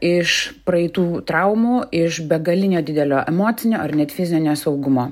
iš praeitų traumų iš begalinio didelio emocinio ar net fizinio saugumo